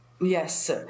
Yes